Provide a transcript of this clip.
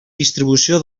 distribució